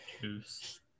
Juice